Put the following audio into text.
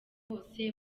bose